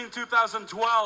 2012